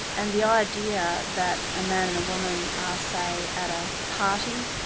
and the idea that a man and a woman are say, at a party,